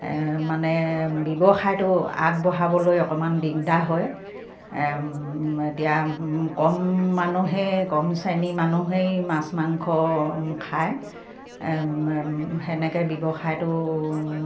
মানে ব্যৱসায়টো আগবঢ়াবলৈ অকমান দিগদাৰ হয় এতিয়া কম মানুহে কম শ্ৰেণী মানুহেই মাছ মাংস খায় সেনেকে ব্যৱসায়টো